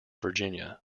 virginia